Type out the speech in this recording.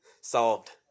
Solved